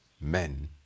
men